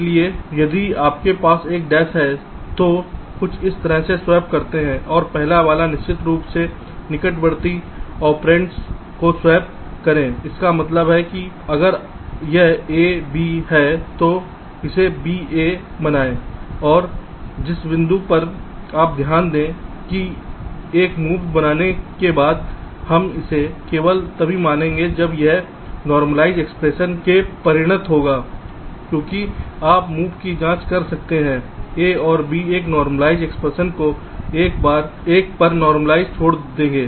इसलिए यदि आपके पास एक डैश है तो कुछ इस तरह से स्वैप करते हैं और पहले वाला निश्चित रूप से निकटवर्ती ऑपरेंड को स्वैप करें इसका मतलब है अगर यह a b है तो इसे b a बनायें और जिस बिंदु पर आप ध्यान दें कि एक मूव बनाने के बाद हम इसे केवल तभी मानेंगे जब यह नॉर्मलाइज़ एक्सप्रेशन में परिणत होगा क्योंकि आप मूव की जाँच कर सकते हैं a और b एक नॉर्मलाइज़ एक्सप्रेशन को एक पर नॉर्मलाइज़ छोड़ देंगे